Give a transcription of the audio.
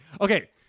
Okay